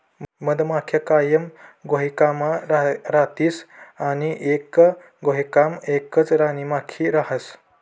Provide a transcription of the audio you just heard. मधमाख्या कायम घोयकामा रातीस आणि एक घोयकामा एकच राणीमाखी रहास